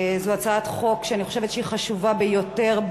זו הצעת חוק שאני חושבת שהיא חשובה ביותר,